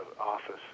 office